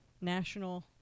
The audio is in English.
National